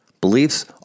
Beliefs